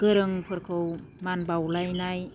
गोरोंफोरखौ मान बावलायनाय